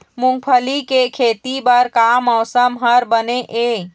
मूंगफली के खेती बर का मौसम हर बने ये?